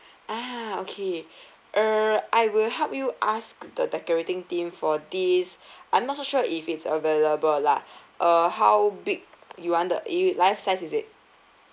ah okay err I will help you ask the decorating team for this I'm not so sure if it's available lah uh how big you want the it live size is it